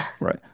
Right